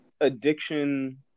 addiction